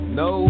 no